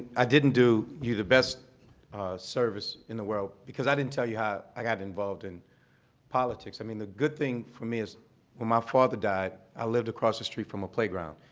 i didn't do you the best service in the world, because i didn't tell you how i got involved in politics. i mean, the good thing for me is when my father died, i lived across the street from a playground,